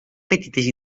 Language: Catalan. petites